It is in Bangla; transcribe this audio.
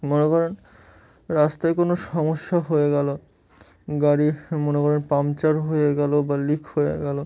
মনে করেন রাস্তায় কোনো সমস্যা হয়ে গেলো গাড়ি মনে করেন পাঙ্কচার হয়ে গেল বা লিক হয়ে গেলো